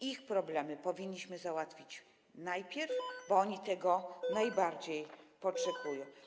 Ich problemy powinniśmy załatwić najpierw, bo oni tego najbardziej oczekują.